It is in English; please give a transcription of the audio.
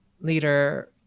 leader